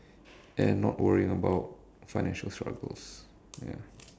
and not worrying about financial struggles ya